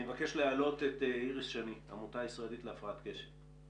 אני מבקש להעלות את איריס שני מהעמותה הישראלית להפרעת קשב.